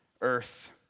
Earth